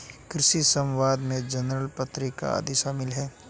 कृषि समवाद में जर्नल पत्रिका आदि शामिल हैं